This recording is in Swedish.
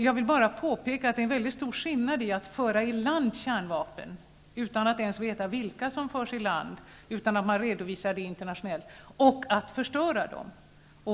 Jag vill bara påpeka att det är en mycket stor skillnad mellan att föra i land kärnvapen utan att ens veta vilka som förs i land, utan att man redovisar det internationellt, och att förstöra dem.